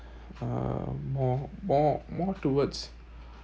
uh more more more towards